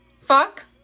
Fuck